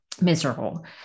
miserable